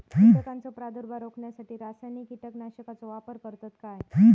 कीटकांचो प्रादुर्भाव रोखण्यासाठी रासायनिक कीटकनाशकाचो वापर करतत काय?